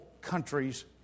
countries